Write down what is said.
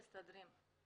מסתדרים,